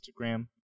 Instagram